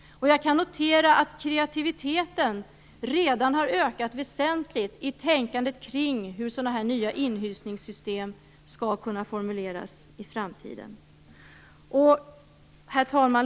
Jag kan notera att kreativiteten redan har ökat väsentligt i tänkandet kring hur sådana nya inhysningssystem skall kunna formuleras i framtiden. Herr talman!